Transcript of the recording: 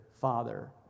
father